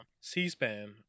C-SPAN